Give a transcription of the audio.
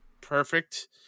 Perfect